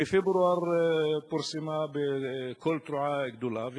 בפברואר היא פורסמה בקול תרועה גדולה,